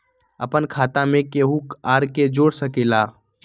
अपन खाता मे केहु आर के जोड़ सके ला?